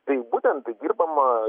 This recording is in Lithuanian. tai būtent dirbama